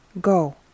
go